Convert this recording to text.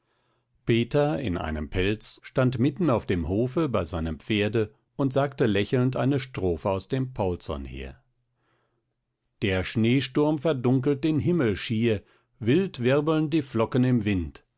peter in einem pelz stand mitten auf dem hofe bei seinem pferde und sagte lächelnd eine strophe aus dem paulson her der schneesturm verdunkelt den himmel schier wild wirbeln die flocken im wind